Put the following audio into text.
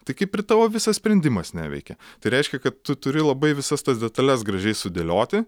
tai kaip ir tavo visas sprendimas neveikia tai reiškia kad tu turi labai visas tas detales gražiai sudėlioti